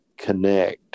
Connect